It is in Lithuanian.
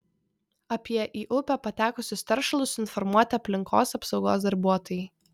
apie į upę patekusius teršalus informuoti aplinkos apsaugos darbuotojai